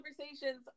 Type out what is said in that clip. conversations